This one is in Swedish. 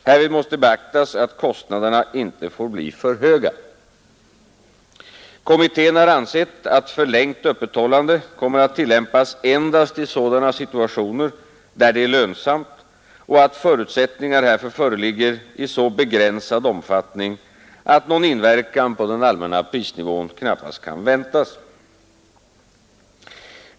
Härvid måste beaktas att kostnaderna inte får bli för höga. Kommittén har ansett att förlängt öppethållande kommer att tillämpas endast i sådana situationer där det är lönsamt och att förutsättningar härför föreligger i så begränsad omfattning att någon inverkan på den allmänna prisnivån knappast kan väntas.